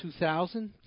2000